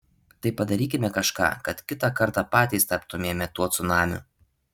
tai padarykime kažką kad kitą kartą patys taptumėme tuo cunamiu